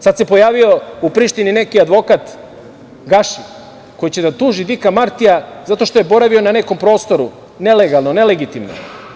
Sad se pojavio u Prištini neki advokat Gaši koji će da tuži Dika Martija zato što je boravio na nekom prostoru nelegalno, nelegitimno.